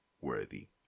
worthy